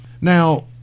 Now